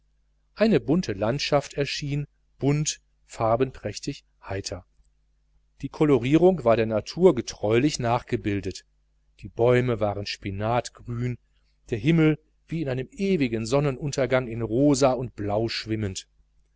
eine bunte landschaft erschien bunt farbenprächtig heiter die kolorierung war der natur getreulich nachgebildet die bäume waren spinatgrün der himmel wie in einem ewigen sonnenuntergang in rosa und blau schwimmend